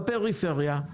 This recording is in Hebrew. בפריפריה,